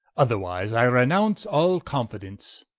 otherwise i renounce all confidence